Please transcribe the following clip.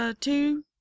Two